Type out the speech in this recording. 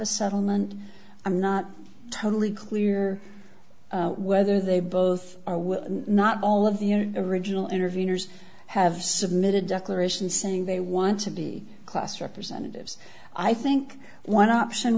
a settlement i'm not totally clear whether they both are not all of the original interveners have submitted declaration saying they want to be classed representatives i think one option